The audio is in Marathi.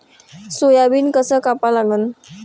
सोयाबीन कस कापा लागन?